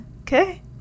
okay